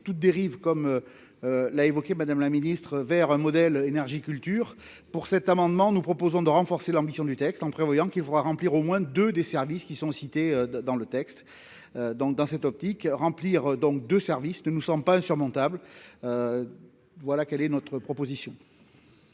toute dérive, comme l'a évoqué, Madame la Ministre, vers un modèle énergie culture pour cet amendement, nous proposons de renforcer l'ambition du texte en prévoyant qu'il faudra remplir au moins 2 des services qui sont cités dans le texte donc dans cette optique, remplir donc de service ne nous sommes pas insurmontable, voilà quelle est notre proposition.